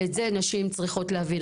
ואת זה נשים צריכות להבין.